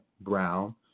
Brown